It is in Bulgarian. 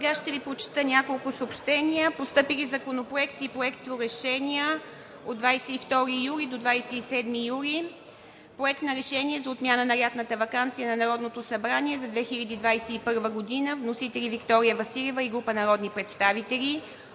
Ще Ви прочета няколко съобщения. Постъпили законопроекти и проекторешения в периода 22 – 27 юли 2021 г.: Проект на решение за отмяна на лятната ваканция на Народното събрание за 2021 г. Вносители – Виктория Василева и група народни представители.